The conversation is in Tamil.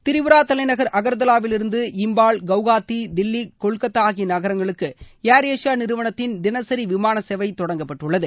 திரிபுரா தலைநகர் அகர்த்தலாவிலிருந்து இம்பால் கவுகாத்தி தில்லி கொல்கத்தா ஆகிய நகரங்களுக்கு ஏர் ஏசியா நிறுவனத்தின் தினசரி விமான சேவை தொடங்கப்பட்டுள்ளது